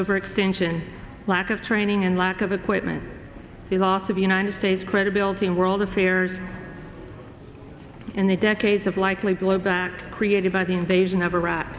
overextension lack of training and lack of equipment the loss of united states credibility in world affairs in the decades of likely blowback created by the invasion of iraq